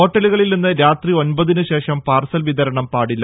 ഹോട്ടലുകളിൽ നിന്ന് രാത്രി ഒൻപതിന് ശേഷം പാർസൽ വിതരണം പാടില്ല